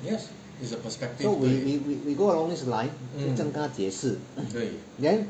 we we we go along this line 就这样跟他解释 then